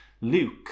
Luke